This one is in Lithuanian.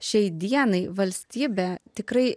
šiai dienai valstybė tikrai